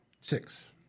Six